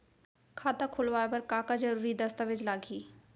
खाता खोलवाय बर का का जरूरी दस्तावेज लागही?